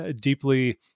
deeply